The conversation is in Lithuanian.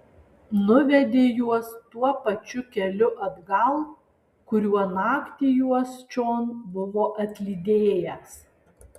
nuvedė juos tuo pačiu keliu atgal kuriuo naktį juos čion buvo atlydėjęs